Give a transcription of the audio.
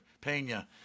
Pena